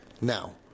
Now